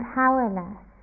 powerless